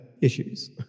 issues